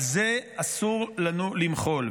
על זה אסור לנו למחול.